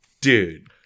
Dude